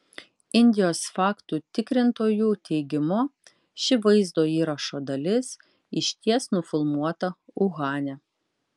indijos faktų tikrintojų teigimu ši vaizdo įrašo dalis išties nufilmuota uhane